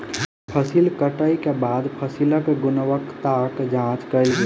फसिल कटै के बाद फसिलक गुणवत्ताक जांच कयल गेल